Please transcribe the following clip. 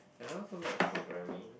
and I also like programming